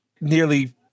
Nearly